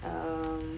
um